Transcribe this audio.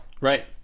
Right